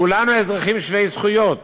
כולנו אזרחים שווי זכויות,